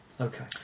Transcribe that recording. Okay